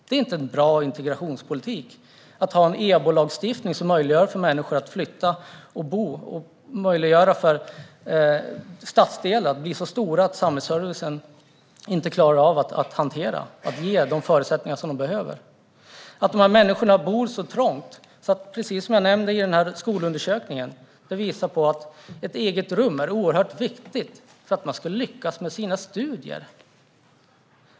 Det är inte en bra integrationspolitik att ha en EBO-lagstiftning som gör det möjligt för människor att flytta vart de vill, vilket leder till att stadsdelar blir så stora att samhällsservicen inte klarar av att ge dem de förutsättningar som de behöver. De här människorna bor trångt. Jag nämnde den här skolundersökningen. Den visar på att ett eget rum är oerhört viktigt för att man ska lyckas med sina studier.